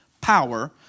power